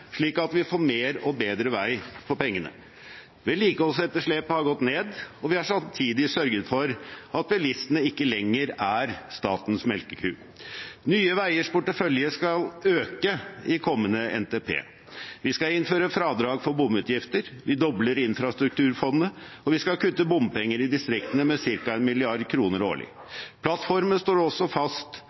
slik at vi får mer og bedre vei for pengene. Vedlikeholdsetterslepet har gått ned, og vi har samtidig sørget for at bilistene ikke lenger er statens melkeku. Nye Veiers portefølje skal øke i kommende NTP. Vi skal innføre fradrag for bomutgifter, vi dobler infrastrukturfondet, og vi skal kutte bompenger i distriktene med ca. 1 mrd. kr årlig. Plattformen slår også fast